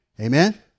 Amen